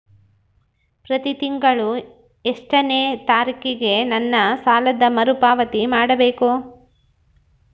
ಪ್ರತಿ ತಿಂಗಳು ಎಷ್ಟನೇ ತಾರೇಕಿಗೆ ನನ್ನ ಸಾಲದ ಮರುಪಾವತಿ ಮಾಡಬೇಕು?